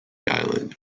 island